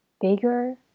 bigger